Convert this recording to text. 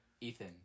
Ethan